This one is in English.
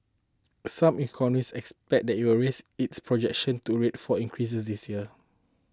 some economists expect that it will raise its projection to rate four increases this year